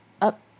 up